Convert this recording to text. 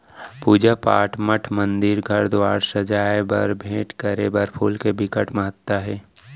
पूजा पाठ, मठ मंदिर, घर दुवार सजाए बर, भेंट करे बर फूल के बिकट महत्ता हे